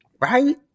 right